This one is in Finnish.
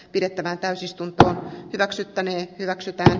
pidettävään täysistunto hyväksyttäneen hyväksytä